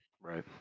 right